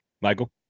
Michael